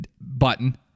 button